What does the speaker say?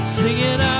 singing